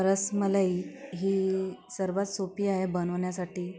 रसमलाई ही सर्वात सोपी आहे बनवण्यासाठी